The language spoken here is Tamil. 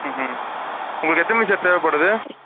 ம்ஹூ உங்களுக்கு எத்தனை மணிக்கு சார் தேவைப்படுது